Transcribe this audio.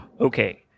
Okay